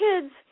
kids